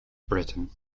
britain